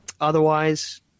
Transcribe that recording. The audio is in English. Otherwise